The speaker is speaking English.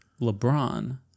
LeBron